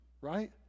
right